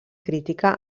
crítica